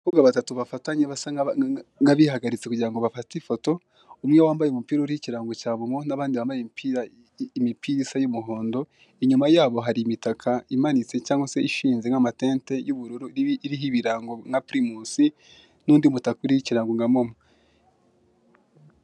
Abakobwa batatu bafatanye basa nk'abihagaritse kugira ngo bafate ifoto, umwe wambaye umupira uriho ikirango cya momo abandi bambaye imipira isa y'umuhondo, inyuma yabo hari imitaka imanitse cyangwa se ishinze nk'amatente y'ubururu iriho ibirango nka pirimusi n'undi mutaka uriho ikirango nka momo.